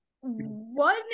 One